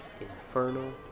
infernal